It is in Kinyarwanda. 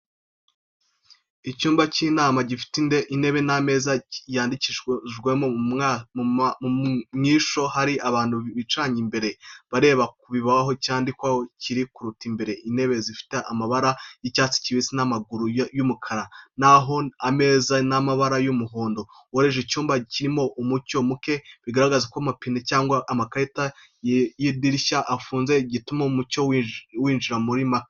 Icyumba cy’ishuri cyangwa icyumba cy’inama gifite intebe n’ameza yandikishirizwaho. Mu ishusho, hari abantu bicaranye imbere bareba ku kibaho cyandikwaho kiri ku rukuta imbere. Intebe zifite amabara y’icyatsi kibisi n’amaguru y’umukara, na ho ameza ni amabara y’umuhondo woroheje. Icyumba kirimo umucyo muke, bigaragara ko amapine cyangwa amakarita y’idirishya afunze, bigatuma umucyo winjira ari muke.